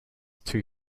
two